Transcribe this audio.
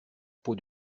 peau